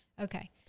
okay